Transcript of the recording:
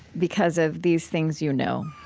because of these things you know?